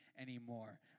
anymore